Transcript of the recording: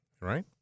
Right